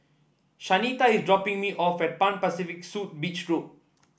Shanita is dropping me off at Pan Pacific Suit Beach Road